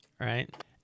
right